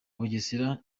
bugesera